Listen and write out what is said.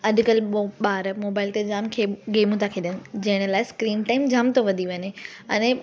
अॼु कल्ह बो ॿार मोबाइल ते जामु गेमूं था खेॾनि जंहिं लाइ स्क्रीन टाइम जामु थो वधी वञे अने